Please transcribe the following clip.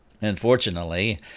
Unfortunately